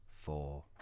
Four